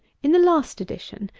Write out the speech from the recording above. in the last edition,